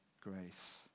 grace